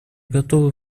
готовы